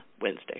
Wednesday